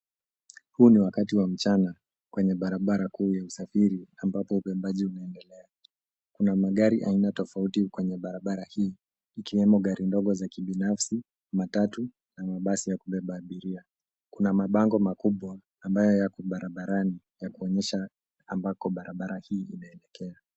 Huu ni wakati wa mchana kwenye barabara kuu ya usafiri ambapo ubebaji unaendelea. Kuna magari aina tofauti kwenye barabara hii ikiwemo gari dogo ya kibinafsi, matatu na mabasi ya kubeba abiria. Kuna mabango makubwa ambayo yako barabarani ya kuonyesha ambako barabara hii inaelekea.